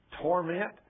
torment